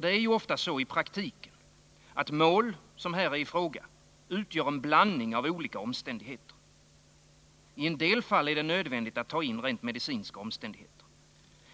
Det är ju ofta så i praktiken att mål som här är i fråga utgör en blandning av olika omständigheter. I en del fall är det nödvändigt att ta in rent medicinska omständigheter.